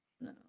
No